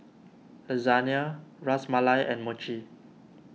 Lasagne Ras Malai and Mochi